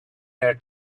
there